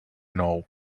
know